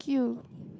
queue